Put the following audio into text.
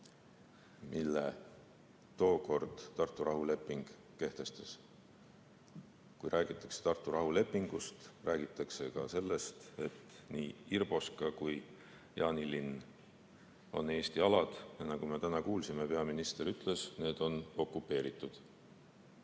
mille Tartu rahuleping tookord kehtestas. Kui räägitakse Tartu rahulepingust, räägitakse ka sellest, et nii Irboska kui ka Jaanilinn on Eesti alad, ja nagu me täna kuulsime, peaminister ütles, on need okupeeritud.